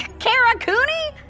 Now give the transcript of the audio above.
kara cooney?